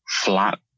flat